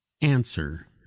Answer